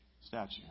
statue